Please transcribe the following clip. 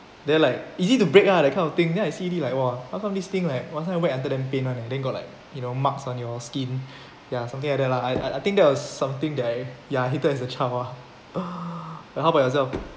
then like easy to break ah that kind of thing then I see already like !wah! how come this thing like I wack until damn pain [one] eh then got like you know marks on your skin ya something like that lah I I think that was something that I ya hated as a child ah how about yourself